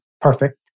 perfect